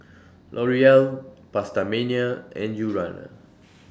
L'Oreal PastaMania and Urana